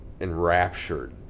enraptured